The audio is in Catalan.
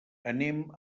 anem